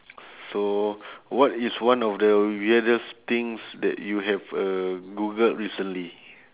so what is one of the weirdest things that you have uh googled recently